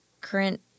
current